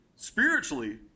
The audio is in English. Spiritually